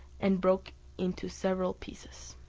and broke into several pieces.